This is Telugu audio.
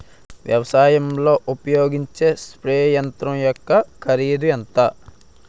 వ్యవసాయం లో ఉపయోగించే స్ప్రే యంత్రం యెక్క కరిదు ఎంత?